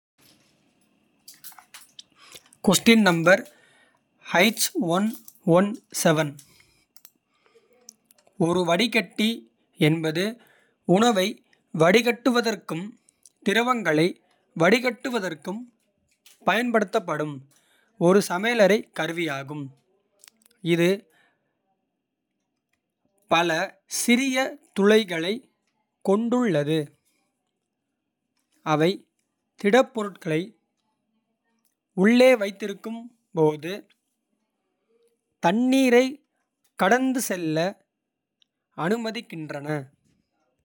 ஒரு வடிகட்டி என்பது உணவை வடிகட்டுவதற்கும். திரவங்களை வடிகட்டுவதற்கும் பயன்படுத்தப்படும். ஒரு சமையலறை கருவியாகும் இது பல சிறிய துளைகளைக். கொண்டுள்ளது அவை திடப்பொருட்களை உள்ளே. வைத்திருக்கும் போது தண்ணீரை கடந்து செல்ல அனுமதிக்கின்றன.